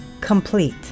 Complete